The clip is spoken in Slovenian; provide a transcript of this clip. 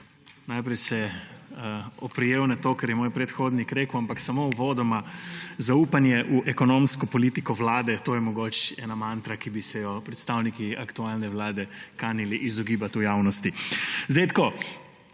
Najprej se bom oprl na to, kar je moj predhodnik rekel, ampak samo uvodoma. Zaupanje v ekonomsko politiko Vlade. To je mogoče ena mantra, ki bi se je predstavniki aktualne vlade kanili izogibati v javnosti. V letu